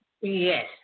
Yes